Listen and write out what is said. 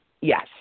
Yes